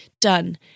done